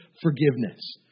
forgiveness